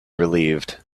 relieved